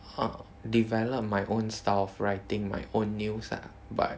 uh developed my own style of writing my own news lah but